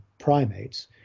primates